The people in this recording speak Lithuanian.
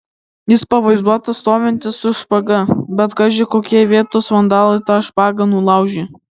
jis pavaizduotas stovintis su špaga bet kaži kokie vietos vandalai tą špagą nulaužė